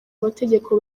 amategeko